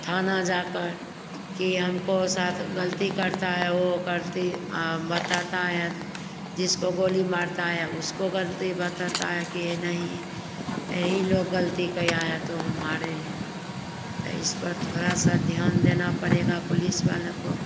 थाना जाकर कि हमको साथ गलती करता है वो करती बताता है जिसको गोली मारता है उसको गलती बताता है कि ये नहीं एही लोग गलती किया है तो हम मारे हैं तो इस पर थोड़ा सा ध्यान देना पड़ेगा पुलिस वालों को